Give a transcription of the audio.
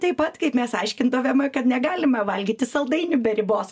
taip pat kaip mes aiškindavome kad negalima valgyti saldainių be ribos